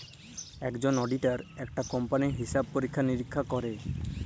একজল অডিটার একটা কম্পালির হিসাব পরীক্ষা লিরীক্ষা ক্যরে